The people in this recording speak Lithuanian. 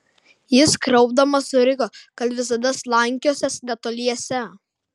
jis kraupdamas suriko kad visada slankiosiąs netoliese